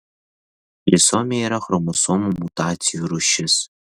trisomija yra chromosomų mutacijų rūšis